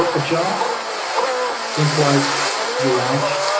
ah a jump implies you lunge